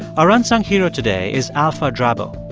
our unsung hero today is alpha drabo.